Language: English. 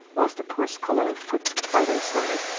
whilst the poor scholar foots it by their side.